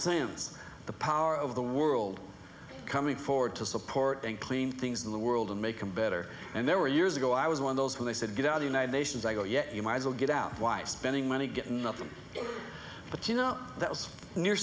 sense the power of the world coming forward to support and clean things in the world and make them better and there were years ago i was one of those who they said get out united nations i go yet you might as well get out why spending money getting up them but you know that was near